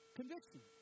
conviction